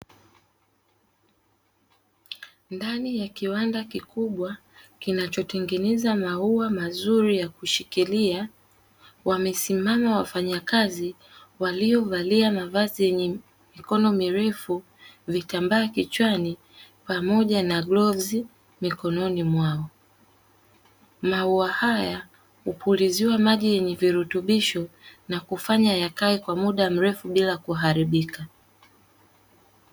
Ndani ya kiwanda kikubwa kinachotengeneza maua mazuri ya kushikilia, wamesimama wafanyakazi waliovalia mavazi yenye mikono mirefu, vitambaa kichwani pamoja na galvu mikononi mwao. Maua haya hupuliziwa maji yenye virutubisho na kufanya yakae kwa muda mrefu bila kuharibika.